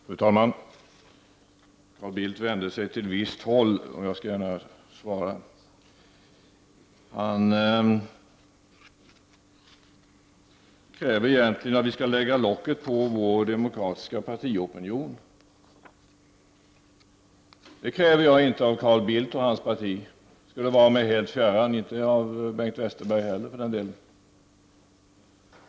Fru talman! Carl Bildt vände sig till visst håll, och jag skall gärna svara. Han kräver egentligen att vi skall lägga locket på vår demokratiska partiopinion. Det kräver jag inte av Carl Bildt och hans parti — det skulle vara mig helt fjärran — och inte av Bengt Westerberg heller för den delen.